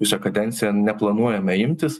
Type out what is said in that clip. visą kadenciją neplanuojame imtis